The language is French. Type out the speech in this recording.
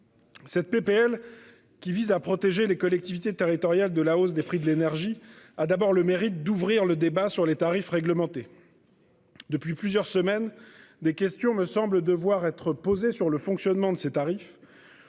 Cette PPL qui vise à protéger les collectivités territoriales de la hausse des prix de l'énergie. Ah, d'abord le mérite d'ouvrir le débat sur les tarifs réglementés.-- Depuis plusieurs semaines des questions me semble devoir être posée sur le fonctionnement de ses tarifs